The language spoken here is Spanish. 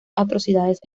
atrocidades